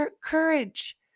courage